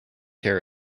hair